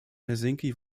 helsinki